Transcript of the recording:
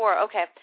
Okay